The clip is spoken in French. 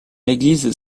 l’église